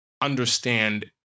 understand